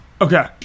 Okay